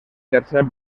tercer